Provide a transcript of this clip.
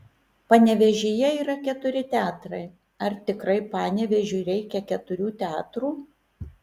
panevėžyje yra keturi teatrai ar tikrai panevėžiui reikia keturių teatrų